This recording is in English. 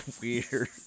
weird